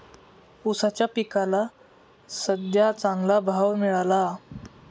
ऊसाच्या पिकाला सद्ध्या चांगला भाव मिळाला